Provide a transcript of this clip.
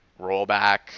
rollback